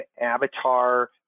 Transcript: avatar